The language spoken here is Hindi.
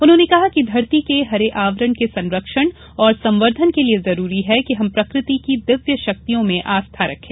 उन्होंने कहा कि धरती के हरे आवरण के संरक्षण और संवर्धन के लिए जरूरी है कि हम प्रकृति की दिव्य शक्तियों में आस्था रखे